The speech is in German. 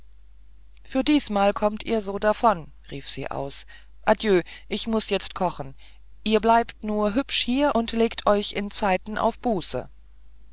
für diesmal kommt ihr so davon rief sie aus adieu ich muß jetzt kochen ihr bleibt nur hübsch hier und legt euch in zeiten auf buße